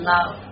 Love